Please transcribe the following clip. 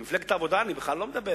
על מפלגת העבודה אני בכלל לא מדבר,